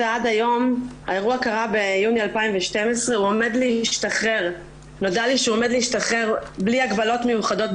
האירוע קרה ביוני 2012. נודע לי שהוא עומד להשתחרר בלי הגבלות מיוחדות,